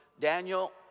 Daniel